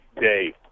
day